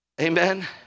amen